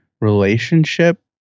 relationship